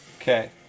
Okay